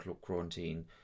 quarantine